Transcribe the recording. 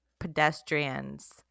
pedestrians